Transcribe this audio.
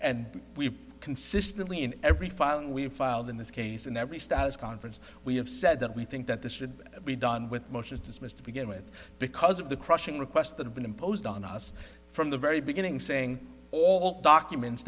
and we've consistently in every filing we've filed in this case in every status conference we have that we think that this should be done with motions dismissed to begin with because of the crushing requests that have been imposed on us from the very beginning saying all the documents